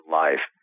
life